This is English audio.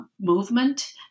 movement